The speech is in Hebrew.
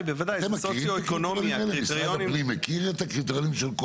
משרד הפנים מכיר את הקריטריונים?